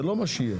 זה לא מה שיהיה,